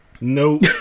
Nope